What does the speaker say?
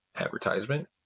advertisement